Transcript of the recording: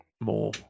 More